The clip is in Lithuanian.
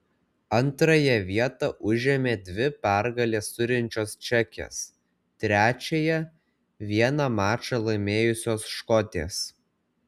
antrąją vietą užėmė dvi pergales turinčios čekės trečiąją vieną mačą laimėjusios škotės